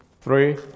three